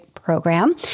program